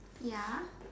ya